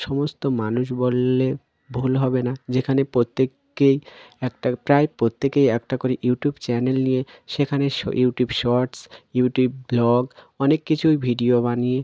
সমস্ত মানুষ বললে ভুল হবে না যেখানে প্রত্যেকেই একটা প্রায় প্রত্যেকেই একটা করে ইউটিউব চ্যানেল নিয়ে সেখানে ইউটিউব শর্টস ইউটিউব ভ্লগ অনেক কিছুই ভিডিও বানিয়ে